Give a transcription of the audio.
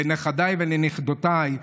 לנכדיי ולנכדותיי,